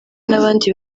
n’abandi